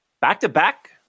Back-to-back